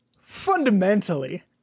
fundamentally